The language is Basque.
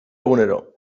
egunero